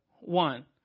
one